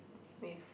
with